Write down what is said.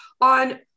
on